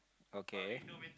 okay